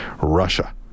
Russia